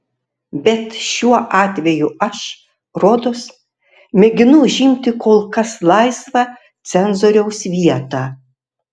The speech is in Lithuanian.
bet šiuo atveju aš rodos mėginu užimti kol kas laisvą cenzoriaus vietą